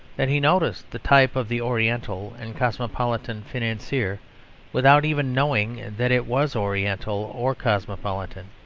that he noticed the type of the oriental and cosmopolitan financier without even knowing that it was oriental or cosmopolitan.